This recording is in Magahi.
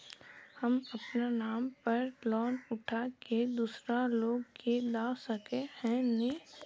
हम अपना नाम पर लोन उठा के दूसरा लोग के दा सके है ने